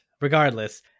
regardless